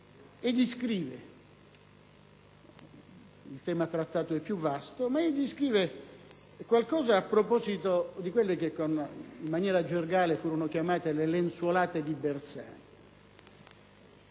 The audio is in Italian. civile». Il tema trattato è più vasto, ma egli scrive qualcosa a proposito di quelle che, in maniera gergale, furono chiamate le lenzuolate di Bersani: